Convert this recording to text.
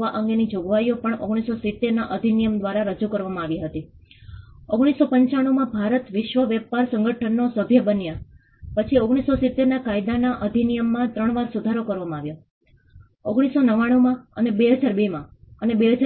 અહીં અમારા GCOE થી શરૂ થતા લોકોના વિવિધ પ્રકારનાં હિસ્સેદારો છે જે વૈશ્વિક શ્રેષ્ઠતાનું કેન્દ્ર છે ક્યોટો યુનિવર્સિટી ટીમની માનવ સુરક્ષા એન્જિનિયરિંગ અને સ્થાનિક સમુદાયના સભ્યો અને મહાનગરપાલિકાઓ ગ્રેટર મુંબઇ